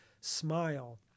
smile